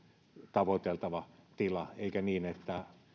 tavoiteltava tila eikä niin että